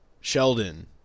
Sheldon